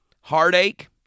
heartache